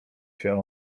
się